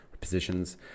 positions